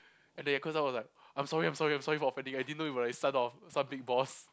and then cause I was like I'm sorry I'm sorry I'm sorry for offending you I didn't know you were like son of some big boss